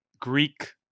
Greek